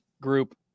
Group